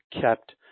kept